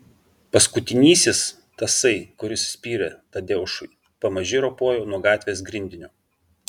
paskutinysis tasai kuris spyrė tadeušui pamaži ropojo nuo gatvės grindinio